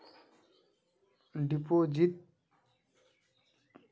Deposit या investment तोत दोनों डात की अंतर जाहा?